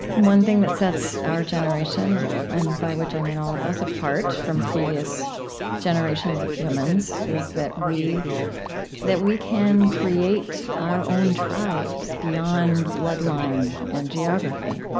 one thing that sets our generation and by which i mean all of us apart from previous generations of humans is that we that we can create our own tribes beyond bloodline and geography,